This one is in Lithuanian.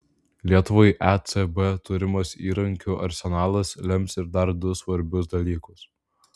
lietuvai ecb turimas įrankių arsenalas lems ir dar du svarbius dalykus